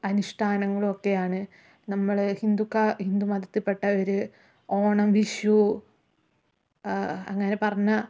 അനുഷ്ടാനങ്ങളൊക്കെയാണ് നമ്മൾ ഹിന്ദുക്ക ഹിന്ദു മതത്തിൽപ്പെട്ടവർ ഓണം വിഷു അങ്ങനെ പറഞ്ഞാൽ